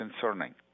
concerning